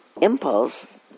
impulse